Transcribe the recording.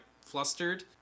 flustered